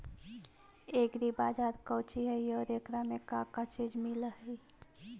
Agri बाजार कोची हई और एकरा में का का चीज मिलै हई?